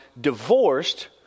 divorced